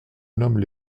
nomment